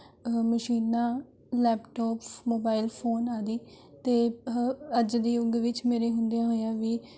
ਮਸ਼ੀਨਾਂ laptop mobile phone ਆਦਿ ਅਤੇ ਅੱਜ ਦੇ ਯੁੱਗ ਵਿੱਚ ਮੇਰੇ ਹੁੰਦਿਆਂ ਹੋਇਆਂ ਵੀ